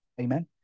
Amen